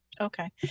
Okay